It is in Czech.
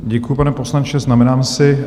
Děkuju, pane poslanče, znamenám si.